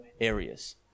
areas